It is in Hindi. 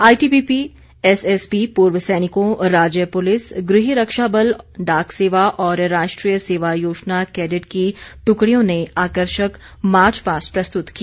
आईटीबीपी एसएसबी पूर्व सैनिकों राज्य पुलिस गृह रक्षाबल डाक सेवा और राष्ट्रीय सेवा योजना केडिट की टुकड़ियों ने आकर्षक मार्च पास्ट प्रस्तुत किया